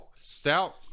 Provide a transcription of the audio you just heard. Stout